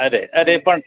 અરે અરે પણ